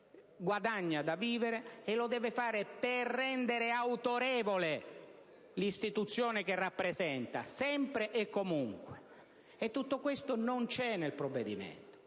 guadagna da vivere, e lo deve fare per rendere autorevole l'istituzione che rappresenta sempre e comunque. Tutto questo non c'è nel provvedimento,